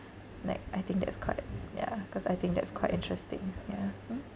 like I think that's quite ya cause I think that's quite interesting yeah mm